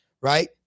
right